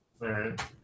right